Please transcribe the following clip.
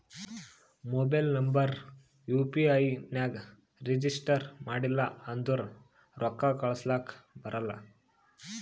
mobile number U P I ನಾಗ್ register ಮಾಡಿಲ್ಲ ಅಂದುರ್ ರೊಕ್ಕಾ ಕಳುಸ್ಲಕ ಬರಲ್ಲ